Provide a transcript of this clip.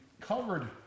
covered